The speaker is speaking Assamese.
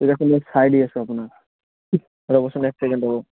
চাই দি আছোঁ আপোনাক ৰ'বছোন এক ছেকেণ্ড ৰ'ব